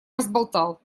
разболтал